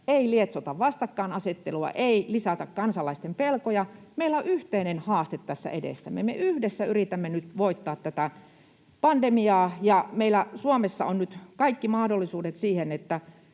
ei lietsota vastakkainasettelua ja ei lisätä kansalaisten pelkoja. Meillä on yhteinen haaste tässä edessämme. Me yhdessä yritämme nyt voittaa tätä pandemiaa, ja meillä Suomessa on nyt kaikki mahdollisuudet siihen: